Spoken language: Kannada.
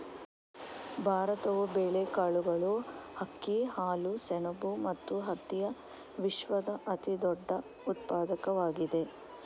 ಭಾರತವು ಬೇಳೆಕಾಳುಗಳು, ಅಕ್ಕಿ, ಹಾಲು, ಸೆಣಬು ಮತ್ತು ಹತ್ತಿಯ ವಿಶ್ವದ ಅತಿದೊಡ್ಡ ಉತ್ಪಾದಕವಾಗಿದೆ